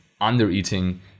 under-eating